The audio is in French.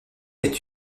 est